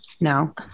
No